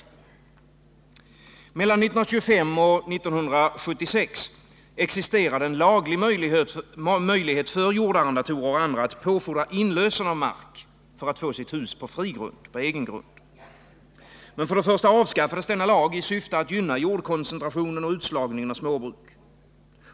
Mellan 1925 och 1976 existerade en laglig möjlighet för jordarrendatorer och andra att påfordra inlösen av mark för att få sitt hus på egen grund. Men för det första avskaffade man denna lag i syfte att gynna jordkoncentration och utslagning av småbruk.